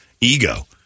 ego